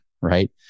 right